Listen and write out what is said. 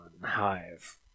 Hive